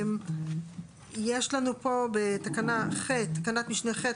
יש לנו פה בתקנת משנה (ח),